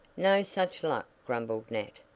no such luck, grumbled nat.